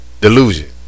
delusion